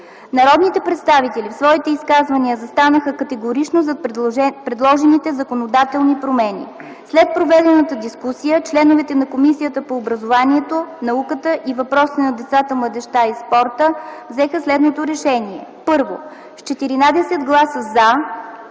Народните представители в своите изказвания застанаха категорично зад предложените законодателни промени. След проведената дискусия членовете на Комисията по образованието, науката и въпросите на децата, младежта и спорта взеха следното „РЕШЕНИЕ: 1. С 14 гласа „за”,